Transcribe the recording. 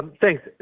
Thanks